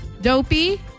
Dopey